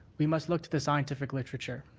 we must look to the scientific literature.